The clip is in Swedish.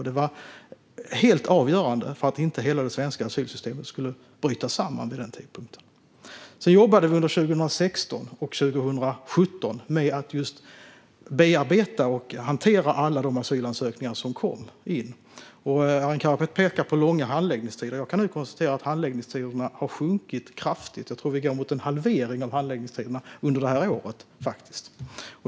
Det var helt avgörande för att inte hela det svenska asylsystemet skulle bryta samman vid denna tidpunkt. Under 2016 och 2017 jobbade vi med att bearbeta och hantera alla asylansökningar som kom in. Arin Karapet pekar på långa handläggningstider. Jag kan konstatera att handläggningstiderna har minskat kraftigt. Jag tror faktiskt att vi går mot en halvering av handläggningstiderna under detta år.